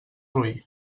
roí